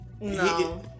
No